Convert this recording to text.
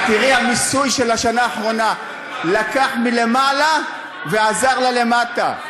את תראי שהמיסוי של השנה האחרונה לקח מלמעלה ועזר ללמטה.